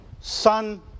son